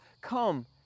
come